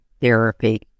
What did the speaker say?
therapy